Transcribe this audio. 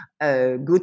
good